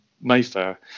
Mayfair